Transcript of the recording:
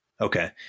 okay